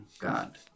God